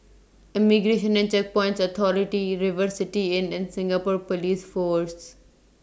Immigration and Checkpoints Authority River City Inn and Singapore Police Force